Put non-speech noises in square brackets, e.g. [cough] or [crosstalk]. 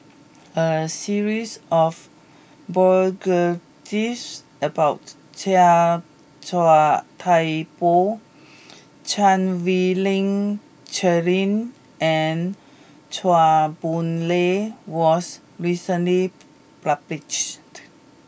a series of [unintelligible] about Chia Thye Poh Chan Wei Ling Cheryl and Chua Boon Lay was recently published